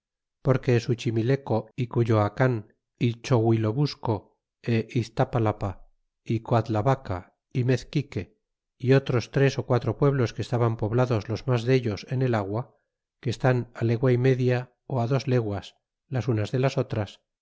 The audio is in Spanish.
dos leguas porque suchimileco y cuyoacan y chohuilobusco é iztapalapa y coadlavaca y mezquique y otros tres ó quatro pueblos que estaban poblados los mas dellos en el agua que estan á legua y media á dos leguas las unas de las otras